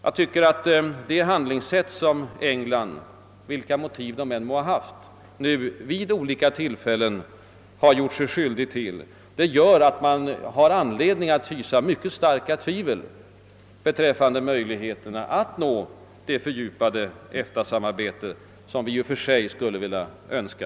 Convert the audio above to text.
Jag tycker att Englands handlingssätt vid olika tillfällen på sistone — vilka motiv engelsmännen än må ha haft för det — ger oss anledning att hysa mycket starka tvivel beträffande möjligheterna att nå det fördjupade EFTA-samarbete som vi i och för sig skulle önska.